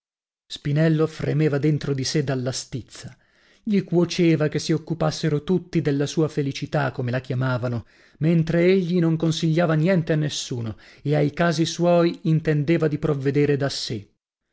spinello fremeva dentro di sè dalla stizza gli cuoceva che si occupassero tutti della sua felicità come la chiamavano mentre egli non consigliava niente a nessuno e ai casi suoi intendeva di provvedere da sè